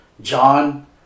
John